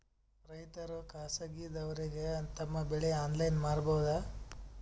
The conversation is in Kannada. ರೈತರು ಖಾಸಗಿದವರಗೆ ತಮ್ಮ ಬೆಳಿ ಆನ್ಲೈನ್ ಮಾರಬಹುದು?